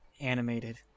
animated